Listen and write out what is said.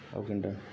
ଆଉ କେନ୍ଟା